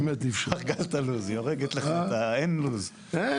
היא הרגה את הלו"ז, אין לו"ז.